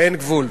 אין גבול.